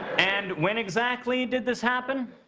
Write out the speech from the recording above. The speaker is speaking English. and when exactly did this happen?